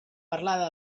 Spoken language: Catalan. parlada